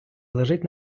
лежить